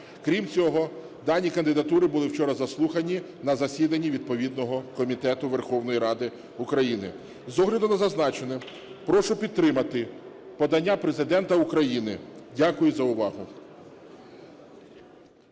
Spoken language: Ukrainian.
Крім цього, дані кандидатури були вчора заслухані на засіданні відповідного комітету Верховної Ради України. З огляду на зазначене прошу підтримати подання Президента України. Дякую за увагу.